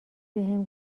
بهم